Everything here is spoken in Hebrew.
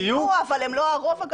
יהיו, אבל הם לא הרוב הגדול.